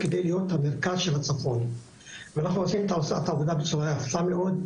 כדי להיות המרכז של הצפון ואנחנו עושים את העובדה בצורה יפה מאוד,